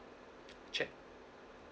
cheque